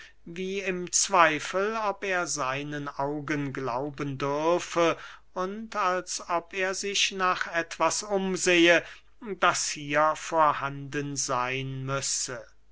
wie im zweifel ob er seinen augen glauben dürfe und als ob er sich nach etwas umsehe das hier vorhanden seyn müsse